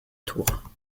tour